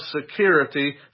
security